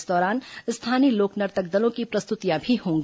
इस दौरान स्थानीय लोक नर्तक दलों की प्रस्तुतियां भी होंगी